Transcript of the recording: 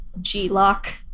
G-Lock